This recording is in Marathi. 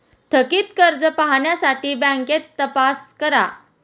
थकित कर्ज पाहण्यासाठी बँकेत तपास करा